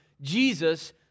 Jesus